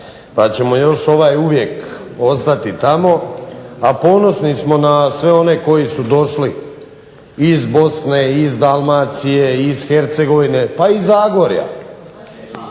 pa ćemo još uvijek ostati tamo a ponosni smo na sve one koji su došli iz Bosne, iz Dalmacije, iz Hercegovine pa i Zagorja,